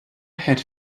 had